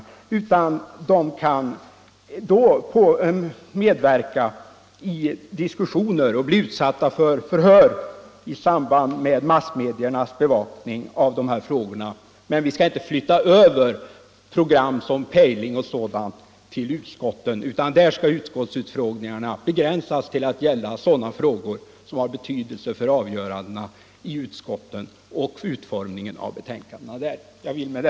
Riksdagens ledamöter kan medverka i diskussioner och bli utsatta för förhör i samband med massmediernas bevakning av dessa frågor. Men vi skall inte flytta över program som Pejling till utskotten, utan utskottsutfrågningarna skall begränsas till att gälla sådana frågor som har betydelse för avgörandena i utskotten och utformningen av betänkandena där. Herr talman!